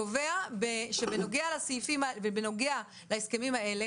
והוא קובע שבנוגע להסכמים האלה